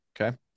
Okay